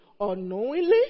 Unknowingly